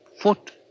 foot